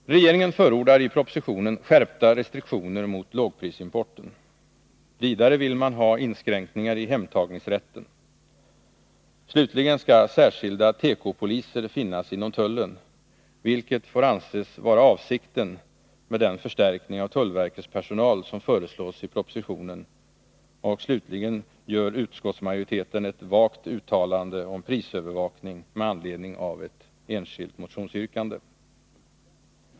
Regeringen förordar i propositionen skärpta restriktioner mot lågprisimporten. Vidare vill man ha inskränkningar i hemtagningsrätten. Dessutom skall särskilda ”tekopoliser” finnas inom tullen, vilket får anses vara avsikten med den förstärkning av tullverkets personal som föreslås i propositionen, och slutligen gör utskottsmajoriteten ett vagt uttalande om prisövervakning med anledning av ett motionsyrkande.